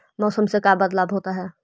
मौसम से का बदलाव होता है?